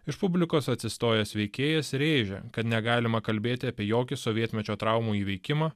iš publikos atsistojęs veikėjas rėžė kad negalima kalbėti apie jokį sovietmečio traumų įveikimą